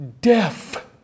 deaf